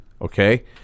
okay